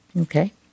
Okay